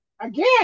again